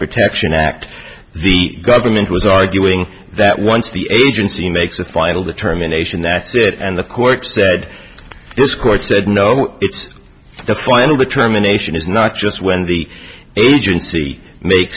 protection act the government was arguing that once the agency makes a final determination that's it and the court said this court said no it's the final determination is not just when the agency make